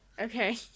Okay